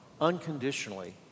unconditionally